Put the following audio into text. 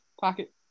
Pocket